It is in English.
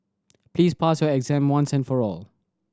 please pass your exam once and for all